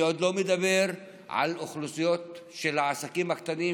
אני עוד לא מדבר על אוכלוסיות של העסקים הקטנים,